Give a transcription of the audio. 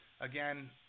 Again